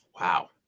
wow